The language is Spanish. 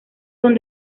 son